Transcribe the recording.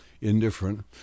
indifferent